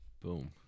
Boom